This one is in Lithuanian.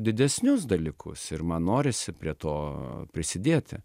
didesnius dalykus ir man norisi prie to prisidėti